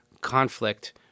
conflict